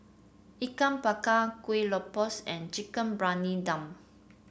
Ikan Bakar Kueh Lopes and Chicken Briyani Dum